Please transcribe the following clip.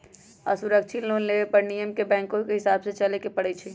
असुरक्षित लोन लेबे पर नियम के बैंकके हिसाबे से चलेए के परइ छै